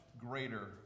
greater